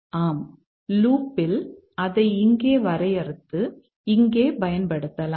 ஆம் லூப் ல் அதை இங்கே வரையறுத்து இங்கே பயன்படுத்தலாம்